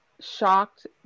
shocked